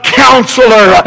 counselor